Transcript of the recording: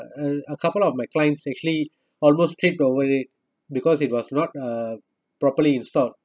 uh a couple of my clients actually almost tripped over it because it was not uh properly installed